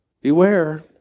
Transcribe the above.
beware